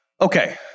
Okay